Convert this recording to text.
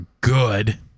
good